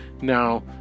Now